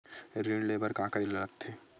ऋण ले बर का करे ला लगथे?